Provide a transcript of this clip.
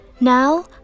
Now